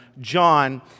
John